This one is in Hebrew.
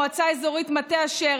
מועצה אזורית מטה אשר,